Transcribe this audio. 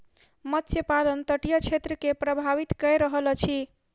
मत्स्य पालन तटीय क्षेत्र के प्रभावित कय रहल अछि